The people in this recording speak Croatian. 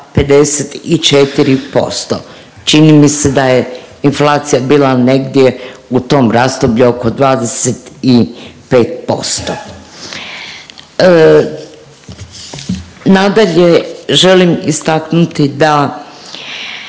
54%. Čini mi se da je inflacija bila negdje u tom razdoblju oko 25%. Nadalje, želim istaknuti da